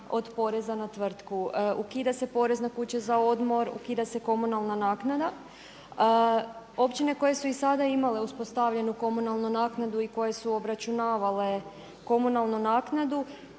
od poreza na tvrtku. Ukida se porez na kuće za odmor, ukida se komunalna naknada. Općine koje su i sada imale uspostavljenu komunalnu naknadu i koje su obračunavale komunalnu naknadu